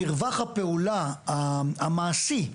מרווח הפעולה המעשי,